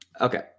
Okay